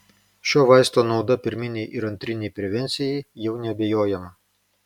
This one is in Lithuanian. šio vaisto nauda pirminei ir antrinei prevencijai jau neabejojama